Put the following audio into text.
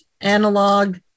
analog